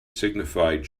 signified